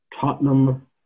tottenham